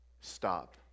stop